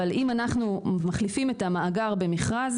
אבל אם אנחנו מחליפים את המאגר במכרז,